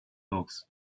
books